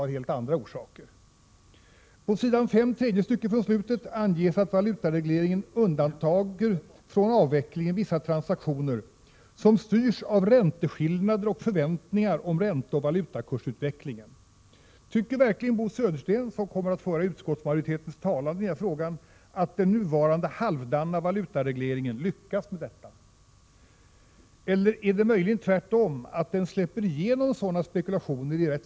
1987/88:122 självfallet också har helt andra orsaker. På s. 5, tredje stycket från slutet, anges att valutaregleringen undantager från avvecklingen vissa transaktioner, ”som styrs av ränteskillnader och förväntningar om ränteoch valutakursutvecklingen”. Tycker verkligen Bo Södersten, som kommer att föra utskottsmajoritetens talan i denna fråga, att den nuvarande ”halvdana” valutaregleringen lyckats med detta? Eller är det möjligen tvärtom, att den i rätt stor skala släpper igenom sådana spekulationer?